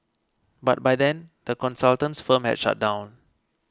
but by then the consultant's firm had shut down